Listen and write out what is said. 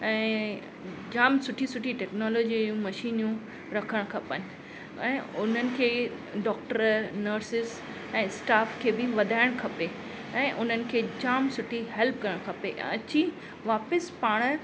ऐं जाम सुठी सुठी टेक्नोलॉजी मशीनियूं रखणु खपनि ऐं उन्हनि खे डॉक्टर नर्सिस ऐं स्टॉफ़ खे बि वधाइणु खपे ऐं उन्हनि खे जाम सुठी हेल्प करणु खपे या अची वापसि पाण